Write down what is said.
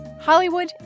Hollywood